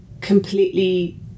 completely